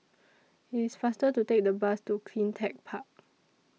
IT IS faster to Take The Bus to CleanTech Park